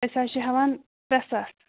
أسۍ حظ چھِ ہٮ۪وان ترٛےٚ ساس